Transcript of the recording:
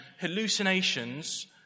hallucinations